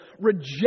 reject